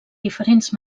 diferents